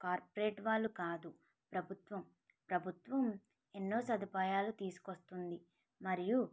corporate వాళ్ళు కాదు ప్రభుత్వం ప్రభుత్వం ఎన్నో సదుపాయాలు తీసుకొస్తుంది మరియు